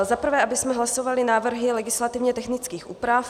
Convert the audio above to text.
Za prvé, abychom hlasovali návrhy legislativně technických úprav.